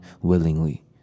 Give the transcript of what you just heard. willingly